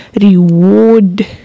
reward